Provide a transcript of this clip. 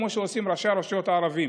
כמו שעושים ראשי הרשויות הערבים,